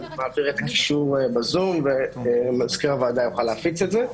אני מעביר את הקישור בזום ומזכיר הוועדה יוכל להפיץ את זה.